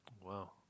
Wow